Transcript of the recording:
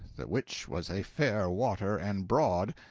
the which was a fair water and broad,